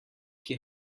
kje